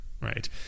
right